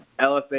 LFA